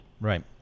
Right